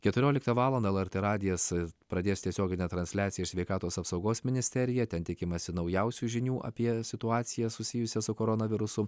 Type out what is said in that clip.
keturioliktą valandą lrt radijas pradės tiesioginę transliaciją iš sveikatos apsaugos ministeriją ten tikimasi naujausių žinių apie situaciją susijusią su koronavirusu